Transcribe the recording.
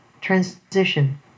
Transition